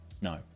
no